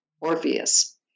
Orpheus